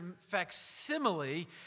facsimile